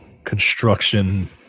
Construction